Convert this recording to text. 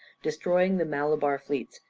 destroying the malabar fleets,